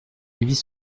avis